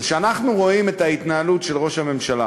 זה שאנחנו רואים את ההתנהלות של ראש הממשלה